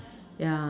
yeah